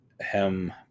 hem